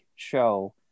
show